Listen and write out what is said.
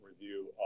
review